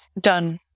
done